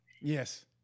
Yes